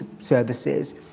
services